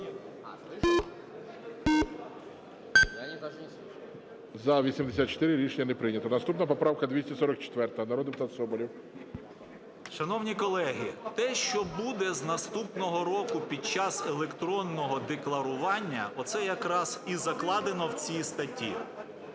За-84 Рішення не прийнято. Наступна поправка 244. Народний депутат Соболєв. 14:00:38 СОБОЛЄВ С.В. Шановні колеги, те, що буде з наступного року під час електронного декларування, оце якраз і закладено в цій статті.